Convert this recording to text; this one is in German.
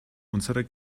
unserer